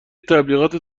تبلیغات